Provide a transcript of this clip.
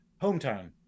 Hometown